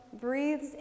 breathes